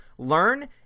learn